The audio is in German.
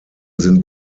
sind